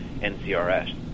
NCRS